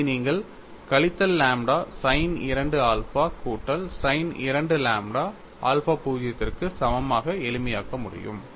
இதை நீங்கள் கழித்தல் லாம்ப்டா sin 2 ஆல்பா கூட்டல் sin 2 லாம்ப்டா ஆல்பா 0 க்கு சமமாக எளிமையாக்க முடியும்